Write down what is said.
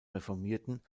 reformierten